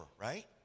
right